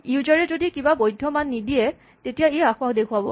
user এ যদি কিবা বৈধ্য মান নিদিয়ে তেতিয়া ই আসোঁৱাহ দেখুৱাব